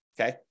okay